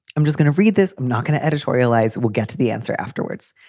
i'm just gonna read this. i'm not going to editorialize. we'll get to the answer afterwards.